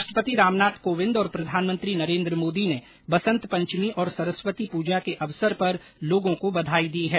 राष्ट्रपति रामनाथ कोविंद और प्रधानमंत्री नरेन्द्र मोदी ने बसंत पंचमी और सरस्वती पूजा के अवसर पर लोगों को बधाई दी है